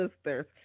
sisters